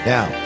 Now